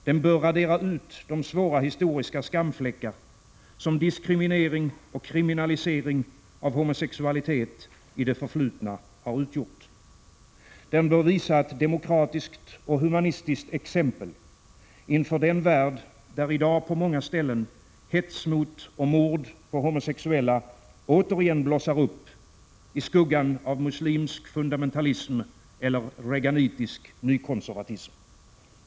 Den bör radera ut de svåra historiska skamfläckar som diskriminering och kriminalisering av homosexualitet i det förflutna har utgjort. Den bör visa ett demokratiskt och humant exempel inför den värld där i dag på många ställen hets mot och mord på homosexuella återigen blossar upp i skuggan av muslimsk fundamentalism eller reaganitisk nykonservatism.